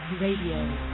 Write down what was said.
Radio